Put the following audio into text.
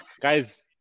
guys